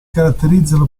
caratterizzano